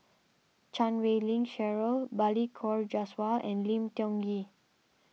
Chan Wei Ling Cheryl Balli Kaur Jaswal and Lim Tiong Ghee